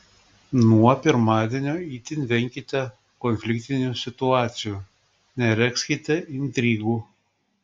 nuo pirmadienio itin venkite konfliktinių situacijų neregzkite intrigų